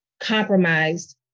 compromised